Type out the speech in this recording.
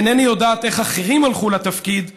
אינני יודעת איך אחרים הלכו לתפקיד,